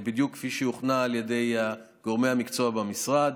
בדיוק כפי שהיא הוכנה על ידי גורמי המקצוע במשרד.